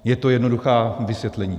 Je to jednoduché vysvětlení.